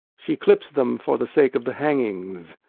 she clips them for the sake of the hangings.